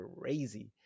crazy